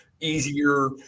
easier